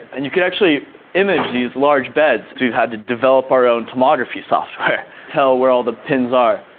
and you can actually image these large beds. we've had to develop our own tomography software. tell where all the pins are.